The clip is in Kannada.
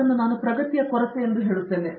ಆದರೆ ಪ್ರಗತಿ ಕೊರತೆ ನಾನು ಹೇಳುತ್ತೇನೆ